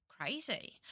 crazy